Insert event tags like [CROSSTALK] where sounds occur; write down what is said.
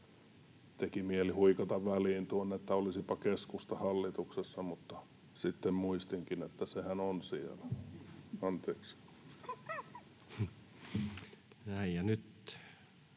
Teki mieli huikata väliin tuonne, että olisipa keskusta hallituksessa, mutta sitten muistinkin, että sehän on siellä, anteeksi. [LAUGHS]